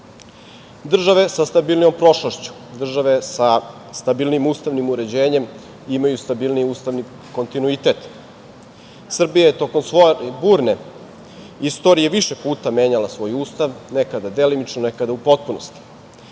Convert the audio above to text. delu. Države sa stabilnijom prošlošću, države sa stabilnijim ustavnim uređenjem imaju stabilniji ustavni kontinuitet. Srbija je tokom svoje burne istorije više puta menjala svoj Ustav, nekada delimično, nekada u potpunosti,